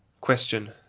Question